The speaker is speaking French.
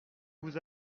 vous